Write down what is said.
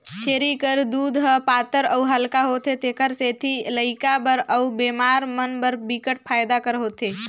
छेरी कर दूद ह पातर अउ हल्का होथे तेखर सेती लइका बर अउ बेमार मन बर बिकट फायदा कर होथे